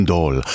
Doll